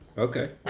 Okay